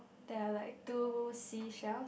there are like two seashells